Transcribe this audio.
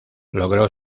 logró